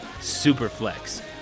Superflex